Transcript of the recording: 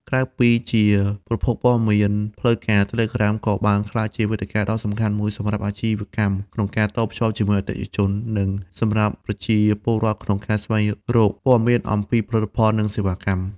ក្រៅពីជាប្រភពព័ត៌មានផ្លូវការ Telegram ក៏បានក្លាយជាវេទិកាដ៏សំខាន់មួយសម្រាប់ អាជីវកម្ម ក្នុងការតភ្ជាប់ជាមួយអតិថិជន និងសម្រាប់ប្រជាពលរដ្ឋក្នុងការស្វែងរក ព័ត៌មានអំពីផលិតផល និងសេវាកម្ម។